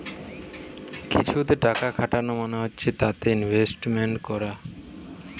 কিছুতে টাকা খাটানো মানে হচ্ছে তাতে ইনভেস্টমেন্ট করা